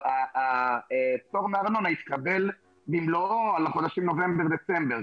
הפטור מארנונה יתקבל במלואו על החודשים נובמבר-דצמבר,